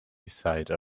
beside